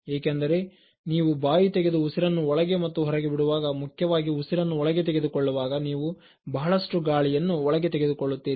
ಏಕೆಂದರೆ ನೀವು ಬಾಯಿ ತೆಗೆದು ಉಸಿರನ್ನು ಒಳಗೆ ಮತ್ತು ಹೊರಗೆ ಬಿಡುವಾಗ ಮುಖ್ಯವಾಗಿ ಉಸಿರನ್ನು ಒಳಗೆ ತೆಗೆದುಕೊಳ್ಳುವಾಗ ನೀವು ಬಹಳಷ್ಟು ಗಾಳಿಯನ್ನು ಒಳಗೆ ಎಳೆದು ಕೊಳ್ಳುತ್ತೀರಿ